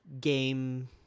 game